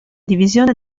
divisione